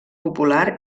popular